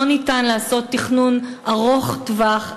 לא ניתן לעשות תכנון ארוך טווח.